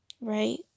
right